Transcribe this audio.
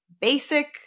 basic